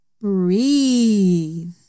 breathe